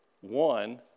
One